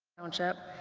township,